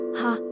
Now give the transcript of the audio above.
ha